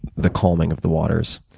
the calming of the waters.